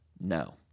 no